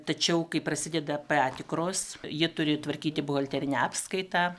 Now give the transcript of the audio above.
tačiau kai prasideda patikros jie turi tvarkyti buhalterinę apskaitą